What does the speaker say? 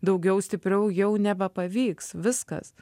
daugiau stipriau jau nebepavyks viskas